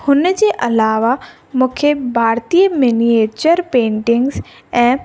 हुन जे अलावा मूंखे भारतीय मिनिएचर पेंटिंग्स ऐं